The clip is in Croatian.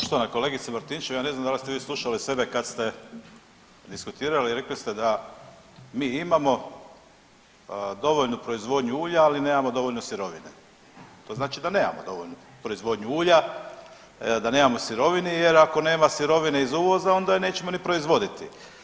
Poštovana kolegice Martinčev, ja ne znam da li ste vi slušali sebe kad ste diskutirali, rekli ste da mi imamo dovoljnu proizvodnju ulja ali nemamo dovoljno sirovine, to znači da nemamo dovoljnu proizvodnju ulja, da nemamo sirovine, jer ako nema sirovine iz uvoza onda je nećemo ni proizvoditi.